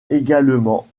également